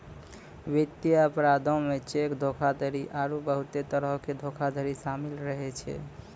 वित्तीय अपराधो मे चेक धोखाधड़ी आरु बहुते तरहो के धोखाधड़ी शामिल रहै छै